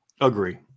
Agree